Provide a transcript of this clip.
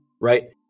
right